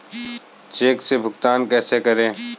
Check से भुगतान कैसे करें?